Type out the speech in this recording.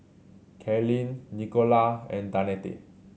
Kaylynn Nicola and Danette